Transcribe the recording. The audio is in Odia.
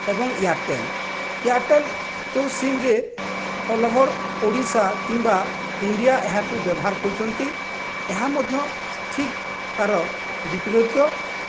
ଏବଂ ଏୟାରଟେଲ୍ ଏୟାରଟେଲ୍ ଯେଉଁ ସିମ୍ରେ ଅଲଓଭର୍ ଓଡ଼ିଶା କିମ୍ବା ଇଣ୍ଡିଆ ଏହାକୁ ବ୍ୟବହାର କରୁଛନ୍ତି ଏହା ମଧ୍ୟ ଠିକ୍ ତା'ର ବିପରୀତ